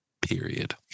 period